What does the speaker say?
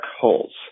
holes